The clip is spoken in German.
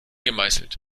gemeißelt